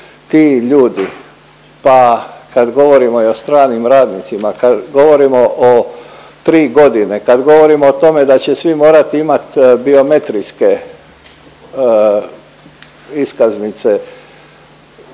ti ljudi, pa kad govorimo i o stranim radnicima, kad govorimo o 3 godine, kad govorimo o tome da će svi morat imat biometrijske iskaznice,